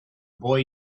boy